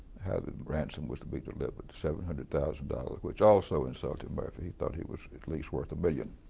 how the ransom was to be delivered the seven hundred thousand dollars, which also insulted murphy. he thought he was at least worth one million